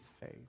faith